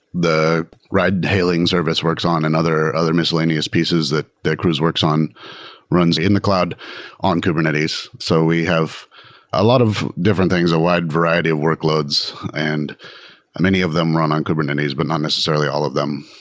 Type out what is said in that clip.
the ride hailing service works on and other other miscellaneous pieces that that cruise works on runs in the cloud on kubernetes. so we have a lot of different things, a wide variety of workloads and um any of them run on kubernetes, but not necessarily all of them.